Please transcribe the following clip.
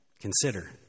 Consider